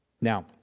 Now